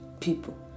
people